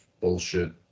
bullshit